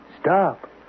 Stop